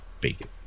bacon